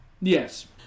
Yes